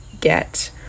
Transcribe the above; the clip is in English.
get